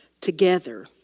together